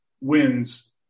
wins